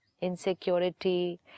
insecurity